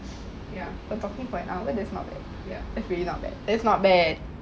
ya uh talking for an hour that's not bad that's really not bad that's not bad